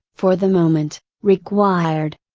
for the moment, required.